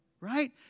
right